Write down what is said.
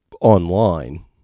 online